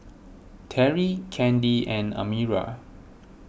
Terrie Kandi and Amira